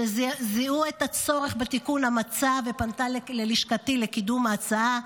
שזיהתה את הצורך בתיקון במצב ופנתה ללשכתי לקידום ההצעה,